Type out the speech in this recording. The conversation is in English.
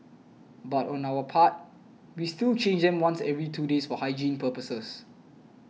but on our part we still change them once every two days for hygiene purposes